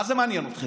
מה זה מעניין אתכם?